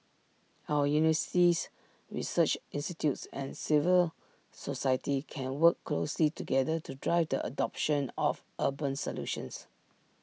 our universities research institutes and civil society can work closely together to drive the adoption of urban solutions